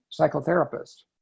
psychotherapist